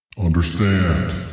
Understand